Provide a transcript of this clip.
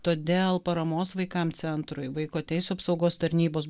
todėl paramos vaikam centrui vaiko teisių apsaugos tarnybos